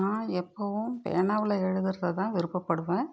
நான் எப்பவும் பேனாவில் எழுதுகிறததான் விருப்பப்படுவேன்